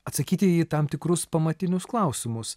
atsakyti į tam tikrus pamatinius klausimus